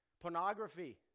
pornography